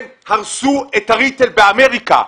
הם הרסו את הריטייל באמריקה,